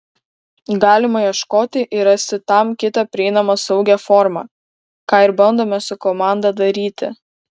galima ieškoti ir rasti tam kitą prieinamą saugią formą ką ir bandome su komanda daryti